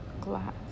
glass